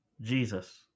Jesus